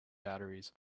batteries